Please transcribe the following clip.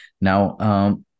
now